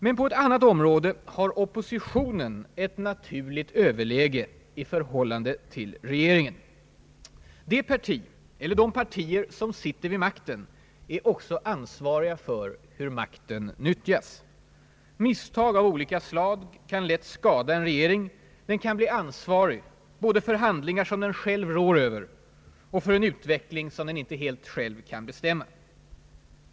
Men på ett annat område har oppositionen ett naturligt överläge i förhållande till regeringen. Det parti, eller de partier, som sitter vid makten är också ansvariga för hur makten nyttjas. Misstag av olika slag kan lätt skada en regering; den kan bli ansvarig både för handlingar som den själv rår över och för en utveckling som den inte själv helt kan bestämma.